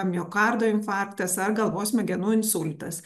miokardo infarktas ar galvos smegenų insultas